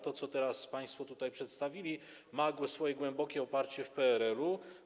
To, co teraz państwo tutaj przedstawili, ma swoje głębokie oparcie w PRL-u.